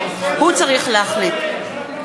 לשנות.